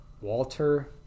Walter